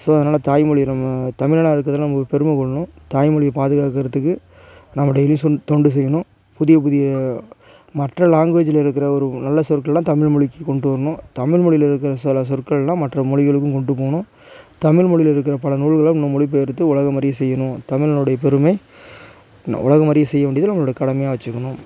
so அதனால் தாய்மொழி நம்ம தமிழனாக இருக்கிறதுல நம்ம பெருமைப்படணும் தாய்மொழியை பாதுகாக்கிறதுக்கு நம்மளுடைய தொண்டு செய்யாணும் புதிய புதிய மற்ற லேங்குவேஜில் இருக்கிற ஒரு நல்ல சொற்களெலாம் தமிழ்மொழிக்கு கொண்டுட்டு வரணும் தமிழ் மொழியில் இருக்கிற சில சொற்களெலாம் மற்ற மொழிகளுக்கும் கொண்டுட்டு போகணும் தமிழ்மொழியில் இருக்கிற பல நூல்களை நம்ம மொழிப்பெயர்த்து உலகமறிய செய்யணும் தமிழனுடைய பெருமை ந உலகமறிய செய்ய வேண்டியது நம்மளுடைய கடமையாக வச்சுக்கணும்